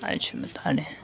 اچھا بتا رہے ہیں